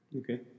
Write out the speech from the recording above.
okay